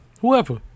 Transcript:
whoever